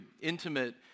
intimate